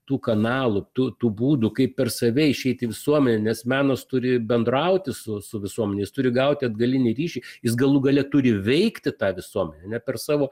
tų kanalų tu tų būdų kaip per save išeiti į visuomenę nes menas turi bendrauti su su visuomene jis turi gauti atgalinį ryšį jis galų gale turi veikti tą visuomenę ar ne per savo